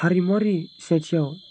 हारिमुआरि सिनायथिआव